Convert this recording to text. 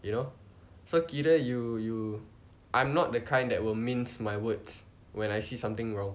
you know so kira you you I'm not the kind that will mince my words when I see something wrong